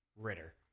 Ritter